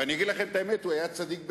ואני אגיד לכם את האמת, הוא היה צדיק בדורו.